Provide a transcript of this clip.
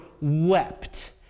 wept